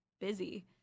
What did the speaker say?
busy